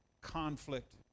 conflict